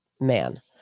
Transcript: man